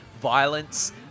violence